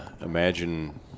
imagine